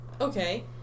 okay